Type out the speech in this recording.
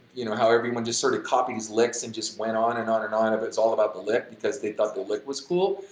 you know how, everyone just sort of copies licks and just went on and on and on and it's all about the lick because they thought the lick was cool.